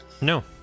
No